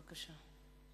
בבקשה.